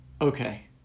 okay